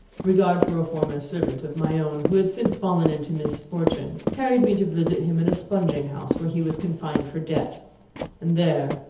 regard for a former servant of my own, who had since fallen into misfortune, carried me to visit him in a spunging-house, where he was confined for debt and there,